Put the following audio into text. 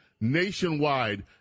nationwide